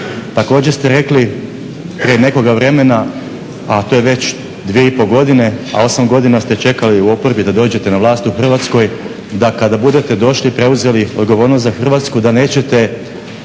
Također ste rekli prije nekoga vremena, a to je već dvije i pol godine, a 8 godina ste čekali u oporbi da dođete na vlast u Hrvatskoj, da kada budete došli, preuzeli odgovornost za Hrvatsku da nećete